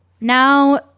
now